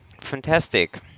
fantastic